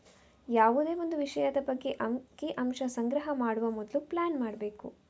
ಯಾವುದೇ ಒಂದು ವಿಷಯದ ಬಗ್ಗೆ ಅಂಕಿ ಅಂಶ ಸಂಗ್ರಹ ಮಾಡುವ ಮೊದ್ಲು ಪ್ಲಾನ್ ಮಾಡ್ಬೇಕು